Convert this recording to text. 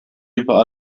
über